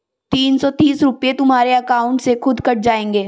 तीन सौ तीस रूपए तुम्हारे अकाउंट से खुद कट जाएंगे